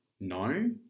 no